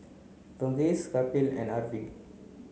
Verghese Kapil and Arvind